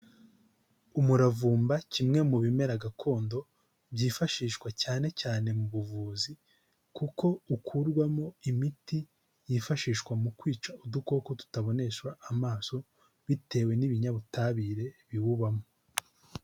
Umuravumba kimwe mu bimera gakondo, byifashishwa cyane cyane mu buvuzi kuko ukurwamo imiti yifashishwa mu kwica udukoko tutaboneshwa amaso, bitewe n'ibinyabutabire biwubamo.